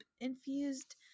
infused